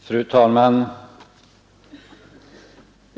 Fru talman!